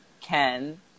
ken